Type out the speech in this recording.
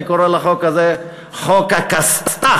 אני קורא לחוק הזה: חוק הכסת"ח.